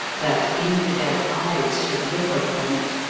that infidel eyes should look upon it,